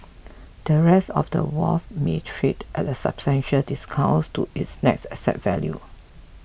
the rest of wharf may trade at a substantial discount to its net asset value